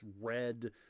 red